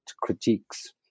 critiques